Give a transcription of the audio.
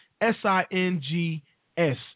S-I-N-G-S